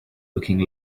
looking